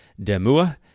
Demua